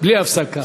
בלי הפסקה.